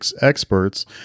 experts